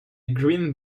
green